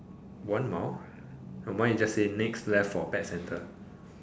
one mouth no my is just say next left for pet centre